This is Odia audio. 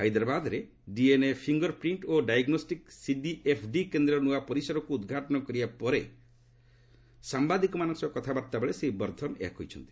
ହାଇଦ୍ରାବାଦରେ ଡିଏନ୍ଏ ଫିଙ୍ଗର୍ ପ୍ରିଣ୍ଟ୍ ଓ ଡାଇଗ୍ନୋଷ୍ଟିକ୍ ସିଡିଏଫ୍ଡି କେନ୍ଦ୍ରର ନୃଆ ପରିସରକୁ ଉଦ୍ଘାଟନ କରିବା ପରେ ସାମ୍ଭାଦିକମାନଙ୍କ ସହ କଥାବାର୍ତ୍ତାବେଳେ ଶ୍ରୀ ବର୍ଦ୍ଧନ ଏହା କହିଛନ୍ତି